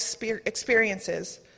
experiences